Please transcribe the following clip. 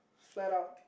flat out